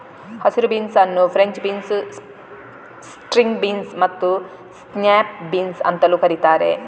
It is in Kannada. ಹಸಿರು ಬೀನ್ಸ್ ಅನ್ನು ಫ್ರೆಂಚ್ ಬೀನ್ಸ್, ಸ್ಟ್ರಿಂಗ್ ಬೀನ್ಸ್ ಮತ್ತು ಸ್ನ್ಯಾಪ್ ಬೀನ್ಸ್ ಅಂತಲೂ ಕರೀತಾರೆ